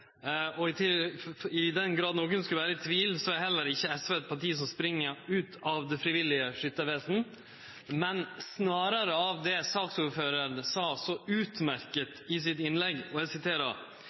I den grad nokon skulle vere i tvil, er heller ikkje SV eit parti som spring ut av det frivillige skyttarvesenet, men snarare av det saksordføraren så utmerkt sa